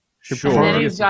Sure